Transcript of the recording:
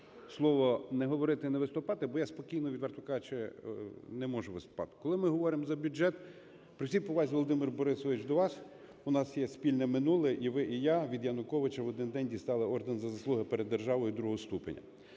слово не говорити і не виступати, бо я спокійно, відверто кажучи, не можу виступати. Коли ми говоримо за бюджет, при всій повазі, Володимир Борисович, до вас, у нас є спільне минуле, і ви, і я від Януковича в один день дістали орден "За заслуги" перед державою ІІ ступеня.